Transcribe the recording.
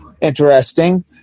Interesting